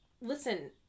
Listen